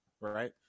right